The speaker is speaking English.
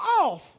off